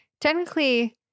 Technically